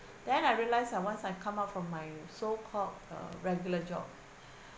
then I realise I once I come out from my so-called uh regular job